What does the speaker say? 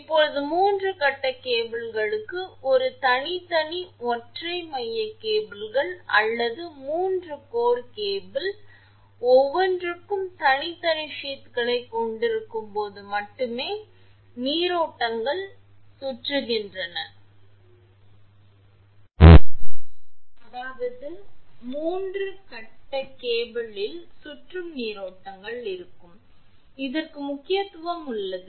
இப்போது 3 கட்ட கேபிள்களுக்கு 3 தனித்தனி ஒற்றை மைய கேபிள்கள் அல்லது 3 கோர் கேபிள் ஒவ்வொன்றும் தனித்தனி சீத்களைக் கொண்டிருக்கும் போது மட்டுமே நீரோட்டங்கள் சுற்றுகின்றன அதாவது 3 கட்ட கேபிளில் சுற்றும் நீரோட்டங்கள் இருக்கும் இதற்கு முக்கியத்துவம் உள்ளது